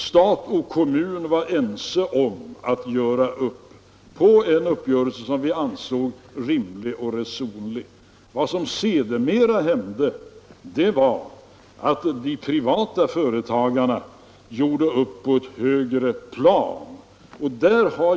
Stat och kommun var ense om en uppgörelse som vi ansåg vara rimlig och resonlig. Vad som sedermera hände var att de privata företagarna gjorde upp på ett högre plan.